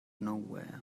nowhere